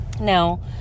now